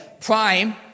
Prime